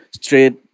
straight